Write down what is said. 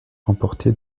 remporté